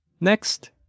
Next